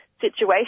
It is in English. situation